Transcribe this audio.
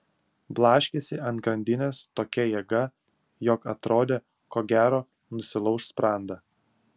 blaškėsi ant grandinės tokia jėga jog atrodė ko gero nusilauš sprandą